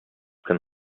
can